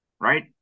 right